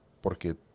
porque